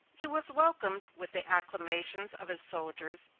he was welcomed with the acclamations of his soldiers,